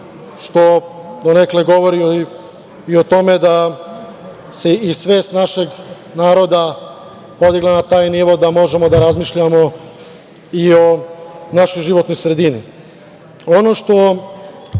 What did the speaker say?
što donekle govori o tome da se i svest našeg naroda podigla na taj nivo da možemo da razmišljamo i o našoj životnoj sredini. Ono